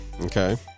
okay